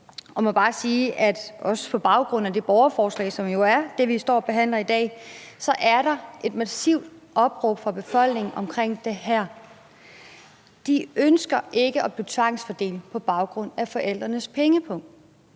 jeg må bare sige – også på baggrund af det borgerforslag, som jo er det, vi står og behandler i dag – at der er et massivt opråb fra befolkningen om det her. De ønsker ikke en tvangsfordeling på baggrund af forældrenes pengepung.